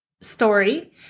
story